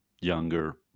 younger